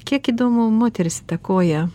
kiek įdomu moteris įtakoja